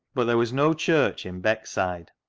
but there was no church in beckside.